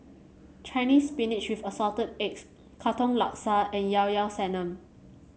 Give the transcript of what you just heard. Chinese Spinach with Assorted Eggs Katong Laksa and Llao Llao Sanum